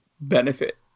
benefit